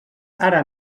ara